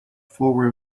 for